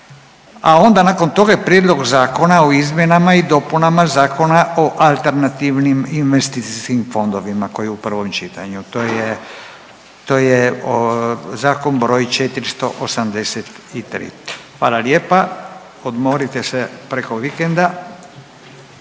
a onda nakon toga je Prijedlog zakona o izmjenama i dopunama Zakona o alternativnim investicijskim fondovima koji je u prvom čitanju. To je zakon broj 483. Hvala lijepa. Odmorite se preko vikenda